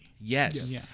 Yes